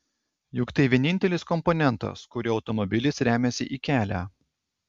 juk tai vienintelis komponentas kuriuo automobilis remiasi į kelią